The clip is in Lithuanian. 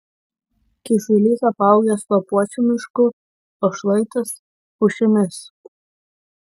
kyšulys apaugęs lapuočių mišku o šlaitas pušimis